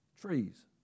Trees